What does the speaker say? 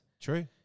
True